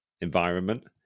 environment